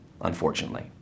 unfortunately